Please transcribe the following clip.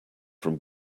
from